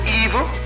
evil